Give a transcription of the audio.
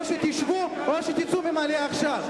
או שתשבו או שתצאו מהמליאה עכשיו.